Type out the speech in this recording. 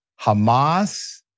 Hamas